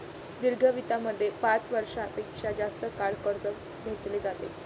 दीर्घ वित्तामध्ये पाच वर्षां पेक्षा जास्त काळ कर्ज घेतले जाते